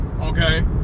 okay